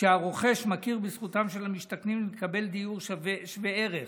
שהרוכש מכיר בזכותם של המשתכנים לקבל דיור שווה ערך